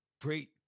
great